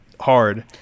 hard